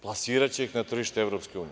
Plasiraće ih na tržište EU.